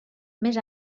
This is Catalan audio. més